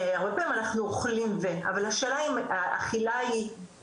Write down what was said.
הרבה פעמים אנחנו אוכלים ו- אבל השאלה היא האם